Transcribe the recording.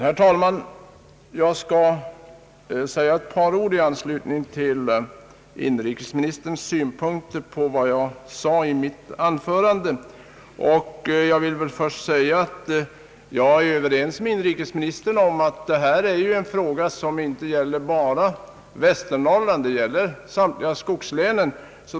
Herr talman! Jag skall säga ett par ord i anslutning till inrikesministerns synpunkter på mitt anförande. Jag vill först framhålla att jag är överens med inrikesministern om att detta är en fråga, som inte bara gäller Västernorrland utan samtliga skogslän.